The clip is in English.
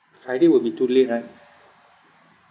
friday will be too late right